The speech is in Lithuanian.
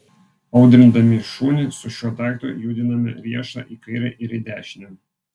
audrindami šunį su šiuo daiktu judiname riešą į kairę ir į dešinę